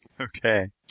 Okay